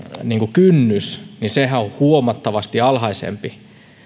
kynnyshän on huomattavasti alhaisempi niin